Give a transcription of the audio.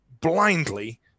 blindly